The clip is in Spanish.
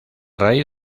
raíz